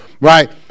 right